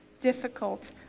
difficult